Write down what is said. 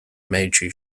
meiji